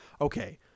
okay